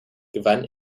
gewann